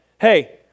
hey